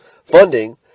Funding